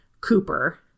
Cooper